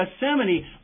Gethsemane